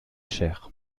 cher